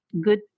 good